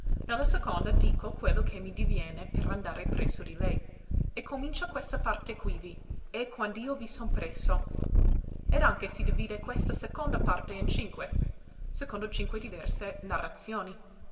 la seconda dico quello che mi diviene per andare presso di lei e comincia questa parte quivi e quand'io vi son presso ed anche si divide questa seconda parte in cinque secondo cinque diverse narrazioni